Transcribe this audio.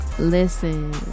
Listen